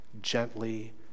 gently